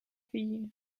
ville